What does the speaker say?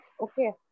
Okay